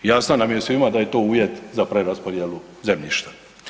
Jasno nam je svima da je to uvjet za preraspodjelu zemljišta.